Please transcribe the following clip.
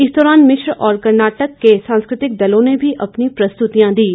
इस दौरान मिश्र और कर्नाटक के सांस्कृतिक दलों ने भी अपनी प्रस्तुतियां दीं